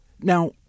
Now